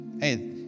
hey